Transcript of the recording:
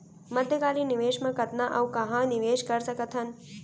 मध्यकालीन निवेश म कतना अऊ कहाँ निवेश कर सकत हन?